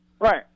Right